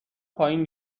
پایین